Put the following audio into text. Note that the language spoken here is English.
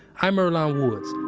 i'm earlonne woods.